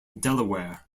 delaware